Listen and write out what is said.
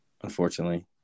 Unfortunately